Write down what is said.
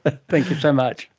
ah thank you so much.